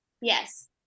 Yes